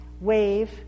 wave